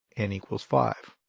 n equals five.